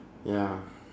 ya